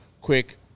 quick